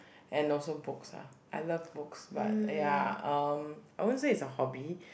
and also books lah I love books but ya um I won't say is a hobby